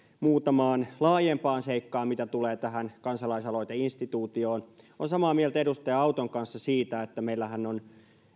muutamaan laajempaan seikkaan mitä tulee tähän kansalaisaloiteinstituutioon olen samaa mieltä edustaja auton kanssa siitä että meillähän on